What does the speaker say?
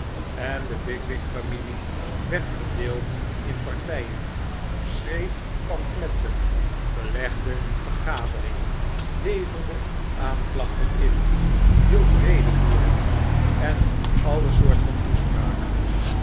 en de bigwig familie werd verdeeld in partyen schreef pamfletten belegde vergaderingen leverde aanklachten in hield redevoeringen en alle soort van toespraken